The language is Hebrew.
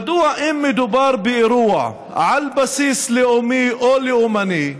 אם מדובר באירוע על בסיס לאומי או לאומני,